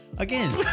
Again